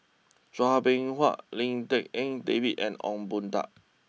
Chua Beng Huat Lim Tik En David and Ong Boon Tat